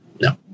no